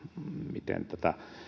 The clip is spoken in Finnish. miten tätä